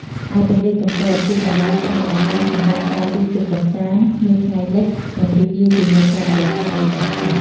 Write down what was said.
ឯទន្លេកំពត ជាកន្លែងផ្តល់ឱកាសសម្រាប់ការជិះទូកកម្សាន្ត មើលថ្ងៃលិច និងរីករាយជាមួយបរិយាកាសដ៏ស្ងប់ស្ងាត់។